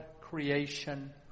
creation